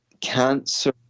cancer